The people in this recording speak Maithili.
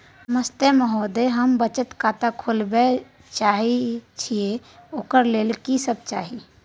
नमस्ते महोदय, हम बचत खाता खोलवाबै चाहे छिये, ओकर लेल की सब चाही?